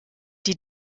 die